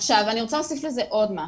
אני רוצה להוסיף לזה עוד משהו.